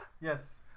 yes